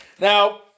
Now